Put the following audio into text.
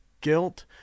guilt